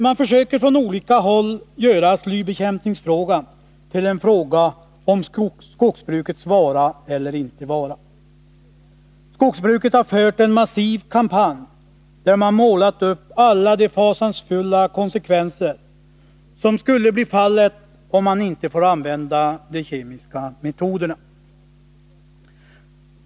Man försöker från olika håll göra slybekämpningsfrågan till en fråga om skogsbrukets vara eller inte vara. Skogsbruket har fört en massiv kampanj, där man målat upp alla de fasansfulla konsekvenserna av att inte få använda de kemiska metoderna.